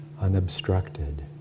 unobstructed